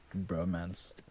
bromance